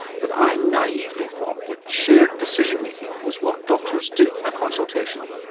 but i naively thought that shared decision making was what doctors do in a consultation.